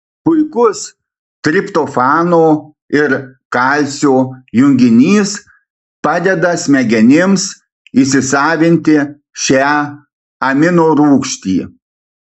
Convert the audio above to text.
puikus triptofano ir kalcio junginys padeda smegenims įsisavinti šią aminorūgštį